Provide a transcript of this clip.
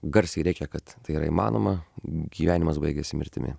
garsiai rėkia kad tai yra įmanoma gyvenimas baigiasi mirtimi